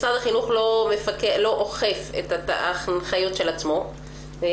משרד החינוך לא אוכף את ההנחיות של עצמו ולא